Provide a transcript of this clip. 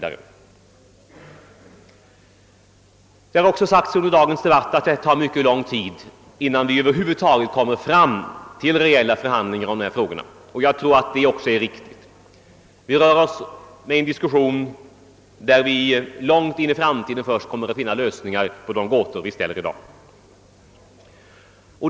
Under dagens debatt har det också sagts att det tar mycket lång tid innan vi över huvud taget kommer fram till en realbehandling av dessa frågor. Det är säkert riktigt. Vi rör oss här med gåtor, som vi först långt in i framtiden kommer att finna lösningar på.